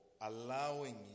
allowing